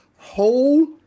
Whole